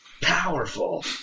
powerful